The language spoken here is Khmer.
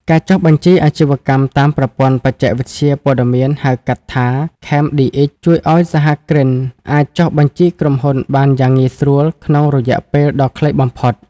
ការចុះបញ្ជីអាជីវកម្មតាមប្រព័ន្ធបច្ចេកវិទ្យាព័ត៌មាន (ហៅកាត់ថា CamDX) ជួយឱ្យសហគ្រិនអាចចុះបញ្ជីក្រុមហ៊ុនបានយ៉ាងងាយស្រួលក្នុងរយៈពេលដ៏ខ្លីបំផុត។